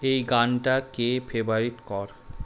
এই গানটা কে ফেভারিট কর